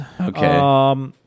Okay